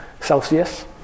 Celsius